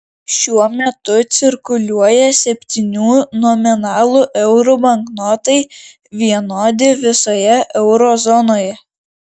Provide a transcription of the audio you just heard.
šiuo metu cirkuliuoja septynių nominalų eurų banknotai vienodi visoje euro zonoje